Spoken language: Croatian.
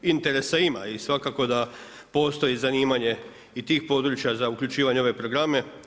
Interesa ima i svakako da postoji zanimanje i tih područja za uključivanje u ove programe.